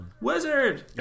Wizard